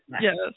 Yes